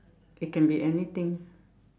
it can be anything